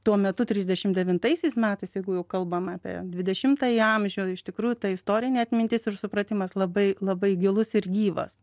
tuo metu trisdešim devintaisiais metais jeigu jau kalbam apie dvidešimtąjį amžių iš tikrųjų tai istorinė atmintis ir supratimas labai labai gilus ir gyvas